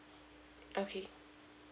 okay